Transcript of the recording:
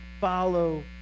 follow